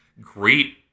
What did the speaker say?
great